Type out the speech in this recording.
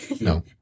No